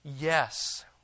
yes